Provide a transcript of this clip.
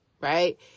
right